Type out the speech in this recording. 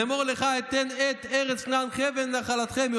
לאמר לך אתן את ארץ כנען חבל נחלתכם.